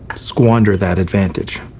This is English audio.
squander that advantage.